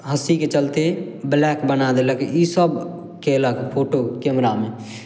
हँसीके चलते ब्लैक बना देलक ई सब कयलक फोटो कैमरामे